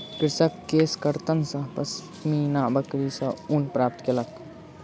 कृषक केशकर्तन सॅ पश्मीना बकरी सॅ ऊन प्राप्त केलक